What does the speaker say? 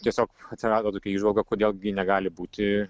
tiesiog atsirado tokia įžvalga kodėl gi negali būti